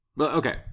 Okay